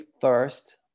first